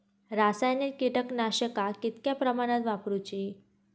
रासायनिक कीटकनाशका कितक्या प्रमाणात वापरूची?